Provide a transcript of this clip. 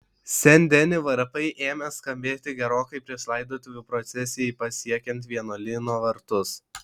sen deni varpai ėmė skambėti gerokai prieš laidotuvių procesijai pasiekiant vienuolyno vartus